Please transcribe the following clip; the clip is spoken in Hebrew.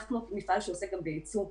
אנחנו מפעל שעוסק גם בייצוא.